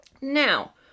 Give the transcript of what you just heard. Now